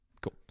Cool